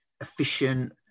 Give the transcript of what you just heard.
efficient